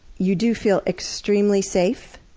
you do feel extremely safe.